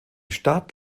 stadt